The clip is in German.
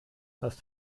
hast